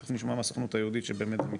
תיכף נשמע מהסוכנות היהודית שבאמת זה מתקדם,